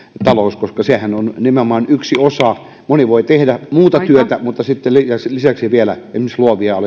taloushan on nimenomaan yksi osa moni voi tehdä muuta työtä ja lisäksi vielä luovia